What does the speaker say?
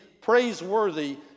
praiseworthy